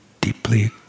deeply